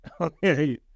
Okay